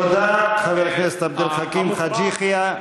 תודה לחבר הכנסת עבד אל חכים חאג' יחיא.